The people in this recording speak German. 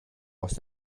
aus